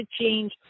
change